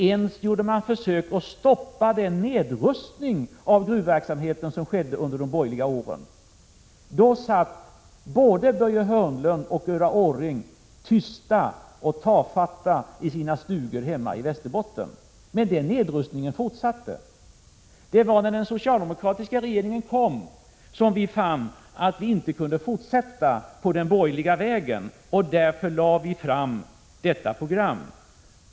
Man gjorde inte ens försök att stoppa den nedrustning av gruvverksamheten som skedde under de borgerliga åren. Då satt både Börje Hörnlund och Ulla Orring tysta och tafatta i sina stugor hemma i Västerbotten. Nedrustningen fortsatte. Den socialdemokratiska regeringen fann när den tillträdde att den inte kunde fortsätta på den borgerliga vägen och lade därför fram detta program.